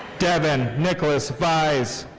devon nicholas vize.